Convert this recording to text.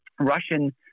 Russian